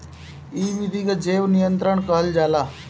इ विधि के जैव नियंत्रण कहल जाला